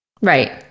Right